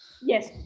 Yes